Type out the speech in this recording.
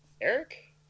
Eric